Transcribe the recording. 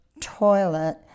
toilet